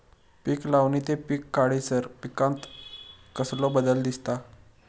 पीक लावणी ते पीक काढीसर पिकांत कसलो बदल दिसता?